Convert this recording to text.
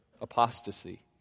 Apostasy